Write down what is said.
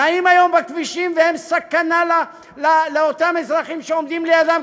נעות היום בכבישים אין סכנה לאותם אזרחים שעומדים לידן?